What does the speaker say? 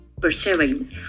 persevering